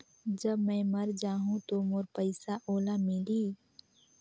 जब मै मर जाहूं तो मोर पइसा ओला मिली?